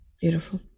Beautiful